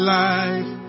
life